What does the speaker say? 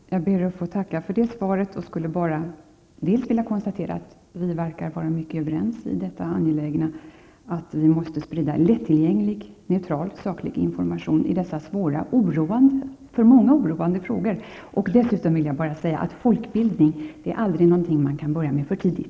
Herr talman! Jag ber att få tacka för det svaret, och jag vill bara konstatera att vi verkar vara mycket överens i det angelägna i att vi måste sprida lättillgänglig, neutral och saklig information i dessa svåra och för många oroande frågor. Dessutom vill jag säga att folkbildning aldrig är något som man kan börja med för tidigt.